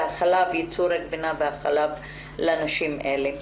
ייצור גבינה וחלב כתעסוקה לנשים האלה.